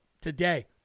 today